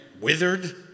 withered